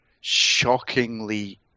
shockingly